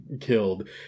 killed